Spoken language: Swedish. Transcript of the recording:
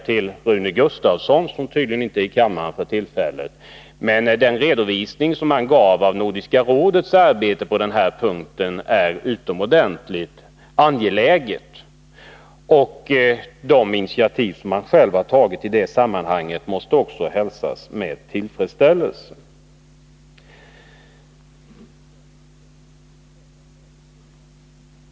Till Rune Gustavsson, som tydligen inte är i kammaren för tillfället, vill jag säga att den redovisning som han gav av Nordiska rådets arbete på denna punkt är utomordentligt värdefull och att de initiativ som han själv tagit i det sammanhanget måste hälsas med tillfredsställelse.